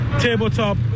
tabletop